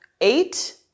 eight